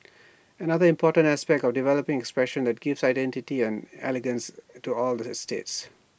another important aspect developing expressions that give identity and elegance to all the estates